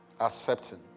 accepting